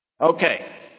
Okay